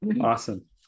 Awesome